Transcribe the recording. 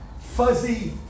fuzzy